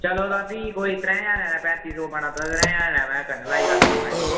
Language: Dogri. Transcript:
चलो तां फ्ही कोई त्रैएं ज्हारें पैंती सौ बने दा त्रैएं ज्हार करन लगे गल्ल फ्ही फाइनल